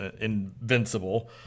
invincible